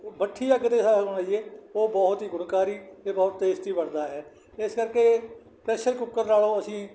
ਮੱਠੀ ਅੱਗ 'ਤੇ ਸਾਗ ਬਣਾਈਏ ਉਹ ਬਹੁਤ ਹੀ ਗੁਣਕਾਰੀ ਅਤੇ ਬਹੁਤ ਟੇਸਟੀ ਬਣਦਾ ਹੈ ਇਸ ਕਰਕੇ ਪ੍ਰੈਸ਼ਰ ਕੁੱਕਰ ਨਾਲੋਂ ਅਸੀਂ